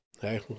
hey